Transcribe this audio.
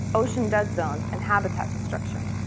ocean dead zones, and habitat destruction.